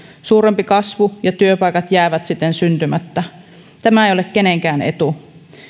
suurempi kasvu ja työpaikat jäävät siten syntymättä tämä ei ole kenenkään etu